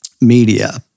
media